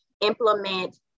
implement